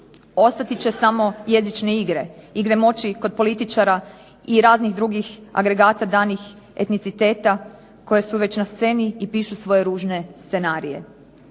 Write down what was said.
Ostati će samo jezične igre, igre moći kod političara i kod raznih drugih agregata danih etniciteta koji su već na sceni i pišu svoje ružne scenarije.